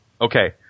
Okay